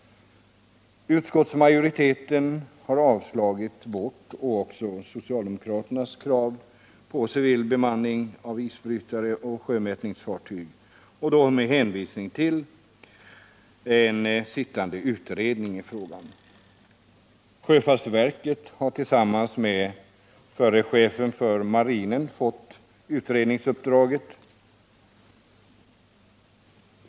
Utskottsmajoriteten har avstyrkt vårt och också socialdemokraternas krav på civil bemanning av isbrytare och sjömätningsfartyg med hänvisning till en sittande utredning i frågan.